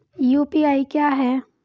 UPI क्या है?